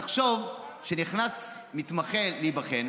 תחשוב שנכנס מתמחה להיבחן,